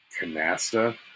Canasta